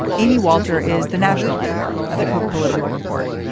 amy walter is the national editor of the cook political report.